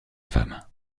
femme